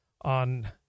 on